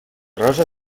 rosa